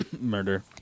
murder